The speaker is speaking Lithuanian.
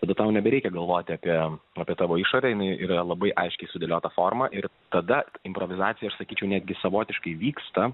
tada tau nebereikia galvoti apie apie tavo išorinį yra labai aiškiai sudėliota forma ir tada improvizacijos sakyčiau netgi savotiškai vyksta